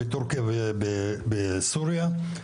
19 אחוזים משטחה של מדינת ישראל וחיים בה